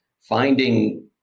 Finding